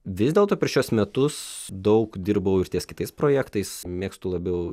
vis dėlto per šiuos metus daug dirbau ir ties kitais projektais mėgstu labiau